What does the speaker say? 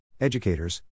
educators